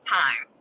time